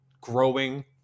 growing